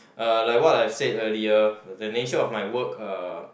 uh like what I've said earlier the nature of my work uh